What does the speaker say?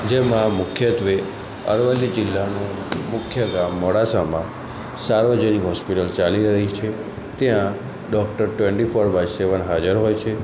જેમાં મુખ્યત્ત્વે અરવલ્લી જિલ્લાનું મુખ્ય ગામ મોડાસામાં સાર્વજનિક હૉસ્પિટલ ચાલી રહી છે ત્યાં doctor twenty four by seven હાજર હોય છે